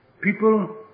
People